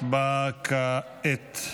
הצבעה כעת.